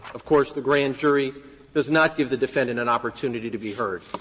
of course, the grand jury does not give the defendant an opportunity to be heard.